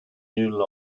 you